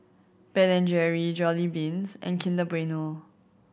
Ben and Jerry Jollibeans and Kinder Bueno